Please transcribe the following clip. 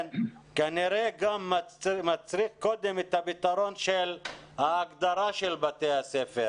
כנראה גם מצריך קודם את הפתרון של ההגדרה של בתי הספר,